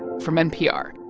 from npr